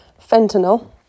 fentanyl